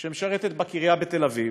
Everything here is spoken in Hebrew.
שמשרתת בקריה בתל-אביב.